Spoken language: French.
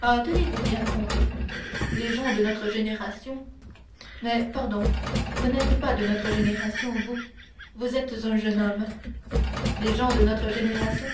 tenez-vous bien comte les gens de notre génération mais pardon vous n'êtes pas de notre génération vous vous êtes un jeune homme les gens de notre génération